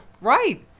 right